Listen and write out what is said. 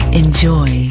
enjoy